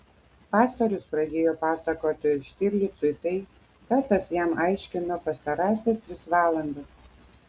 pastorius pradėjo pasakoti štirlicui tai ką tas jam aiškino pastarąsias tris valandas